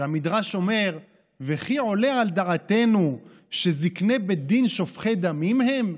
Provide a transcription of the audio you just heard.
והמדרש אומר: "וכי עולה על דעתנו שזקני בית דין שופכי דמים הם",